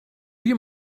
you